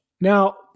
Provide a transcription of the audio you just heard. now